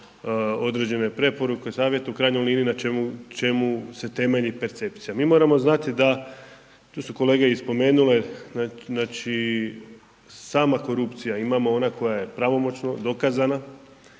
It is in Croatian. određene preporuke, savjete, u krajnjoj liniji, na čemu se temelji percepcija. Mi moramo znati da, tu su kolege i spomenule, znači, sama korupcija, imamo ona koja je pravomoćno dokazana,